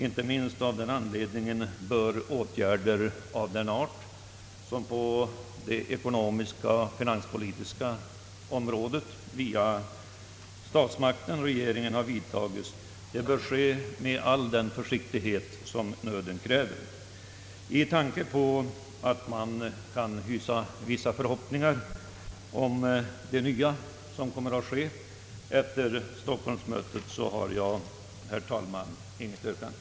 Inte minst av den anledningen bör de åtgärder, som statsmakterna och regeringen har att vidta på det ekonomiska och finanspolitiska området, ske med all den försiktighet som nöden kräver. Med tanke på att vi kan hysa vissa förhoppningar om det nya som kommer att ske efter stockholmsmötet har jag, herr talman, inget yrkande.